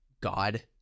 god